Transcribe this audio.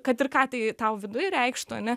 kad ir ką tai tau viduj reikštų ane